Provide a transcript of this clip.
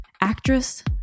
actress